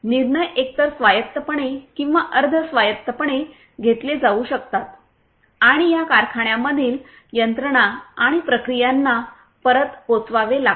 निर्णय एकतर स्वायत्तपणे किंवा अर्ध स्वायत्तपणे घेतले जाऊ शकतात आणि या कारखान्यांमधील यंत्रणा आणि प्रक्रियांना परत पोचवावे लागतील